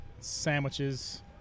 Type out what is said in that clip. Sandwiches